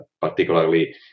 particularly